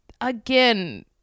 again